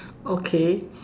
okay